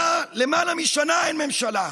למעלה משנה אין ממשלה.